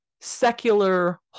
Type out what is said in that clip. secular